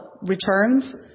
returns